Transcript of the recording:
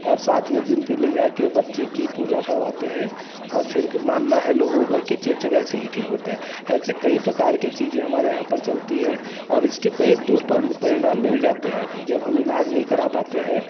और सातवें दिन फिर ले जा के बच्चे की पूजा करवाते हैं और फिर मानना है लोगों का कि चेचक ऐसे ही ठीक होता है ऐसे कई प्रकार की चीजें हमारे यहाँ पर चलती है और इसके कई दूर पर परिणाम भी हो जाते हैं जब हम इलाज नहीं करा पाते हैं